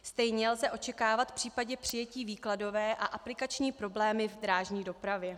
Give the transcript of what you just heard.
Stejně lze očekávat v případě přijetí výkladové a aplikační problémy v drážní dopravě.